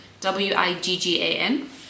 W-I-G-G-A-N